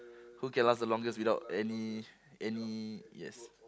who can last the longest without any any yes